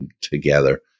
together